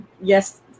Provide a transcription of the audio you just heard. yes